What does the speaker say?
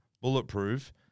Bulletproof